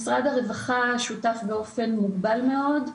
משרד הרווחה שותף באופן מוגבל מאוד,